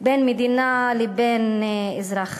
בין מדינה לבין אזרח.